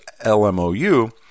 LMOU